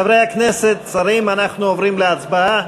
חברי הכנסת, שרים, אנחנו עוברים להצבעה.